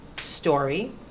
story